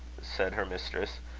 said her mistress.